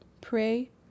Pray